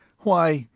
why,